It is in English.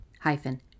hyphen